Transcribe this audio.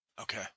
Okay